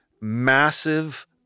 massive